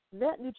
net